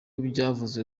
byavuzwe